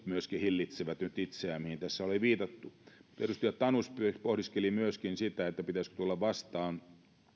myöskin perintätoimistot hillitsevät nyt itseään mihin tässä on jo viitattu edustaja tanus pohdiskeli myöskin sitä pitäisikö tulla vastaan